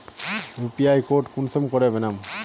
UPI code कुंसम करे बनाम?